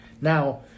Now